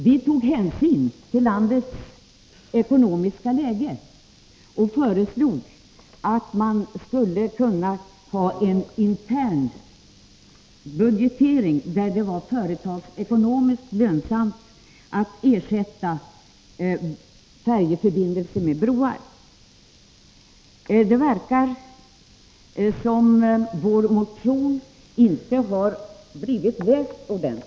Vi tog nämligen hänsyn till landets ekonomiska läge och föreslog att man skulle göra en utredning om möjligheterna till externbudgetering, där det var företagsekonomiskt lönsamt att ersätta färjeförbindelser med broar. Det verkar dock som om vår motion inte har blivit ordentligt läst.